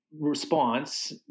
response